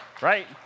Right